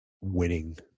winning